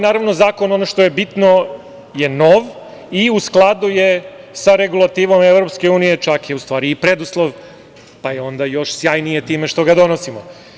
Naravno, ono što je bitno to je da je ovo nov Zakon i skladu je sa regulativom EU, čak je i preduslov, pa je onda još sjajnije time što ga donosimo.